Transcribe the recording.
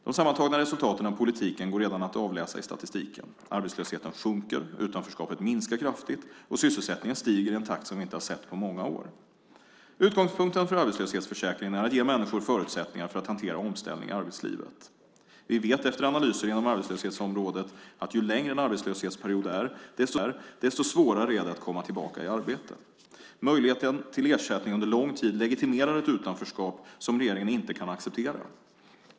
De sammantagna resultaten av politiken går redan att avläsa i statistiken. Arbetslösheten sjunker, utanförskapet minskar kraftigt och sysselsättningen stiger i en takt som vi inte har sett på många år. Utgångspunkten för arbetslöshetsförsäkringen är att ge människor förutsättningar för att hantera omställning i arbetslivet. Vi vet, efter analyser inom arbetslöshetsområdet, att ju längre en arbetslöshetsperiod är, desto svårare är det att komma tillbaka i arbete. Möjlighet till ersättning under lång tid legitimerar ett utanförskap som regeringen inte kan acceptera.